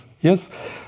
yes